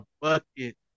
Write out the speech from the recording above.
bucket